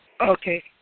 Okay